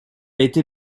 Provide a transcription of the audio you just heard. été